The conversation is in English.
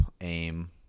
aim